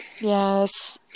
Yes